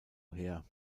her